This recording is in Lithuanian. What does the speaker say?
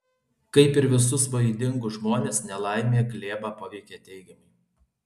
kaip ir visus vaidingus žmones nelaimė glėbą paveikė teigiamai